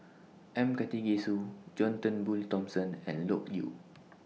M Karthigesu John Turnbull Thomson and Loke Yew